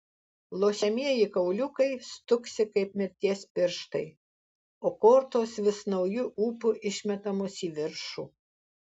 lošiamieji kauliukai stuksi kaip mirties pirštai o kortos vis nauju ūpu išmetamos į viršų